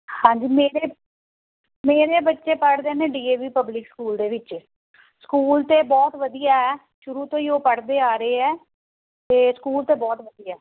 ਹਾਂਜੀ ਮੇਰੇ ਮੇਰੇ ਬੱਚੇ ਪੜ੍ਹਦੇ ਨੇ D A V public school ਦੇ ਵਿੱਚ ਸਕੂਲ ਤਾਂ ਬਹੁਤ ਵਧੀਆ ਹੈ ਸ਼ੁਰੂ ਤੋਂ ਹੀ ਉਹ ਪੜ੍ਹਦੇ ਆ ਰਹੇ ਹੈ ਅਤੇ ਸਕੂਲ ਤਾਂ ਬਹੁਤ ਵਧੀਆ